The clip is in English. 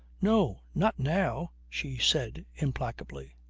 no, not now, she said implacably.